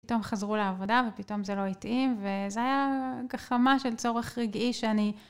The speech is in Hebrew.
פתאום חזרו לעבודה ופתאום זה לא התאים, וזה היה גחמה של צורך רגעי שאני...